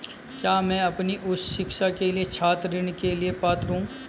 क्या मैं अपनी उच्च शिक्षा के लिए छात्र ऋण के लिए पात्र हूँ?